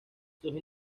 sus